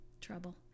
trouble